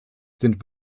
sind